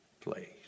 place